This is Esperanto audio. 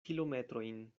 kilometrojn